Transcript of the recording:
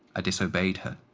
i disobeyed her.